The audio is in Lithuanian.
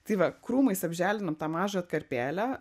tai va krūmais apželdinom tą mažą atkarpėlę